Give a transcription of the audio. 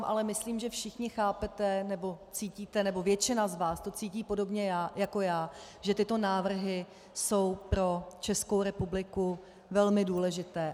Ale myslím, že všichni chápete, nebo cítíte nebo většina z vás to cítí podobně jako já, že tyto návrhy jsou pro Českou republiku velmi důležité.